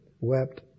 wept